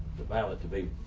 the violent debate